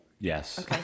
Yes